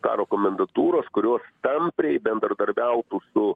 karo komendantūros kurios tampriai bendardarbiautų su